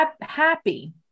happy